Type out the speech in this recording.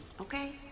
okay